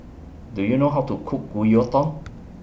Do YOU know How to Cook Gyudon